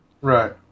right